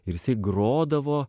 ir jis grodavo